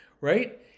right